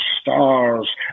stars